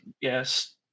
yes